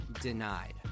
denied